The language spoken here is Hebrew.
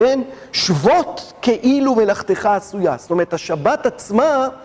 שבות כאילו מלאכתך עשויה. זאת אומרת השבת עצמה,